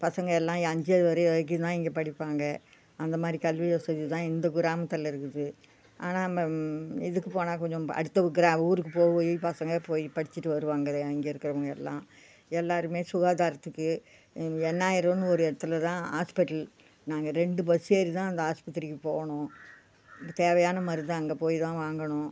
பசங்கள் எல்லாம் அஞ்சாவது வரையும் வரைக்கும் தான் இங்கே படிப்பாங்க அந்த மாதிரி கல்வி வசதி தான் இந்த கிராமத்தில் இருக்குது ஆனால் நம்ப இதுக்கு போனால் கொஞ்சம் அடுத்த கிரா ஊருக்கு போய் பசங்கள் போய் படிச்சுட்டு வருவாங்க இங்கே இருக்கிறவங்க எல்லாம் எல்லோருமே சுகாதாரத்துக்கு எண்ணாயிரம்னு ஒரு இடத்துல தான் ஆஸ்ப்பிட்டல் நாங்கள் ரெண்டு பஸ்ஸேறி தான் அந்த ஆஸ்பத்திரிக்கு போகணும் தேவையான மருந்து அங்கே போய் தான் வாங்கணும்